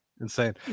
insane